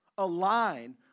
align